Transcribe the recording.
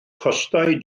costau